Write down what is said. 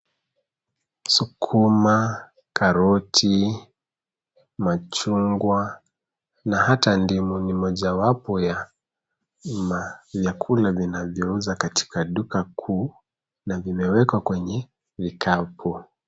Sukuma, karoti, machungwa na hata ndimu ni pamoja na vyakula vinavyouzwa katika duka kuu na vimewekwa kwenye vikapu.